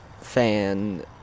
Fan